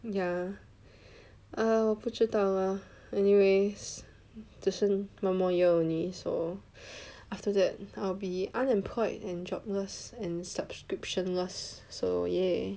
ya ah 我不知道 lah anyways 我只是 one more year only so after that I'll be unemployed and jobless and subscription-less so !yay!